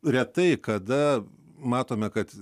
retai kada matome kad